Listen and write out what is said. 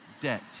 Debt